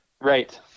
Right